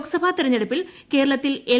ലോക്സഭാ തിരഞ്ഞെടുപ്പിൽ കേരളത്തിൽ എൽ